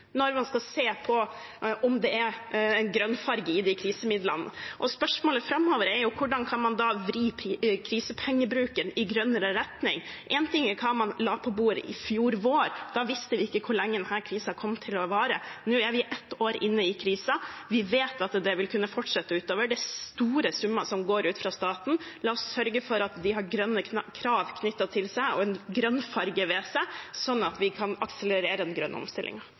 når man skal se på om det er en grønnfarge i de krisemidlene. Spørsmålet framover er: Hvordan kan man vri krisepengebruken i grønnere retning? Én ting er hva man la på bordet i fjor vår. Da visste vi ikke hvor lenge denne krisen kom til å vare. Nå er vi ett år inne i krisen, og vi vet at det vil kunne fortsette utover. Det er store summer som går ut fra staten. La oss sørge for at de har grønne krav knyttet til seg og en grønnfarge ved seg, sånn at vi kan akselerere den grønne